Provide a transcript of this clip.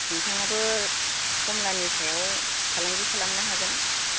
नोंथाङाबो खमलानि सायाव फालांगि खालामनो हागोन